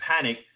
panic